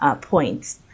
points